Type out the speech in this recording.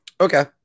Okay